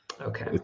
Okay